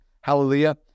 Hallelujah